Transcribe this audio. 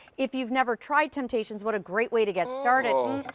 if you've never tried temp-tations, what a great way to get started.